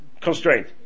constraint